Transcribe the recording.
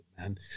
man